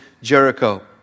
Jericho